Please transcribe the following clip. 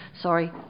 sorry